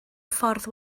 ffordd